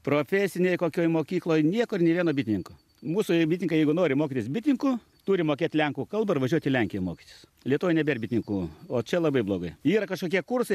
profesinėj kokioj mokykloj niekur nė vieno bitininko mūsų bitininkai jeigu nori mokytis bitininku turi mokėt lenkų kalbą ir važiuot į lenkiją mokytis lietuvoj nebėr bitininkų o čia labai blogai yra kažkokie kursai